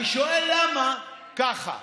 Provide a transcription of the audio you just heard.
אני שואל למה, ככה.